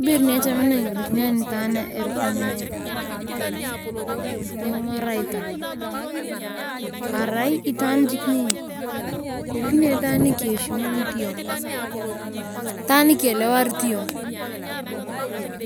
Ibere niechamakina ingolikinoi anitaan eroko nee niumara itaan arai itaan jik ni ingolikini iyong itaan nikieshimunit yong. itaan nikielewarit yong